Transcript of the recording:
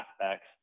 aspects